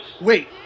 Wait